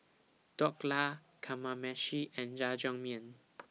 Dhokla Kamameshi and Jajangmyeon